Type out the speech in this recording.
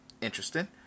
interesting